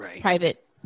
private